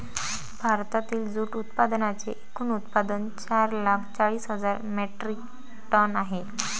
भारतातील जूट उत्पादनांचे एकूण उत्पादन चार लाख चाळीस हजार मेट्रिक टन आहे